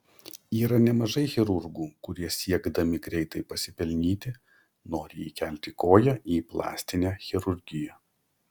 yra nemažai chirurgų kurie siekdami greitai pasipelnyti nori įkelti koją į plastinę chirurgiją